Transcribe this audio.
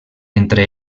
entre